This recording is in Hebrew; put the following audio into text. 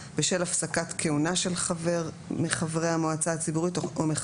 בשל הפסקת כהונה של חבר מחברי המועצה הציבורית או מחמת